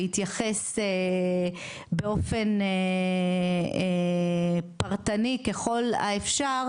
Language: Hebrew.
ויתייחס באופן פרטני ככל האפשר,